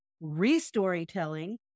re-storytelling